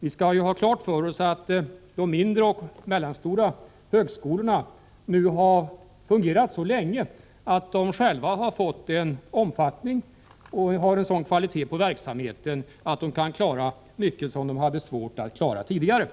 Vi skall ha klart för oss att de mindre och medelstora högskolorna nu har fungerat så länge att de själva har fått en sådan omfattning och en sådan kvalitet på verksamheten att de kan klara mycket som de hade svårt att klara tidigare.